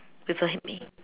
with a hit me